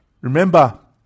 Remember